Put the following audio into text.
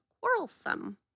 quarrelsome